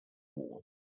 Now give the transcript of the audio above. wall